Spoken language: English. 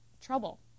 trouble